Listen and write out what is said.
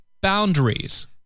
boundaries